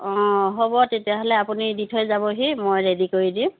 অঁ হ'ব তেতিয়াহ'লে আপুনি দি থৈ যাবহি মই ৰেডি কৰি দিম